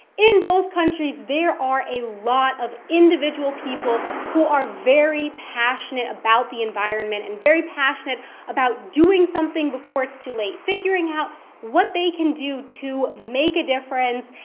in both countries there are a lot of individual people who are very passionate about the environment, and very passionate about doing something before it's too late. figuring out what they can do to make a difference,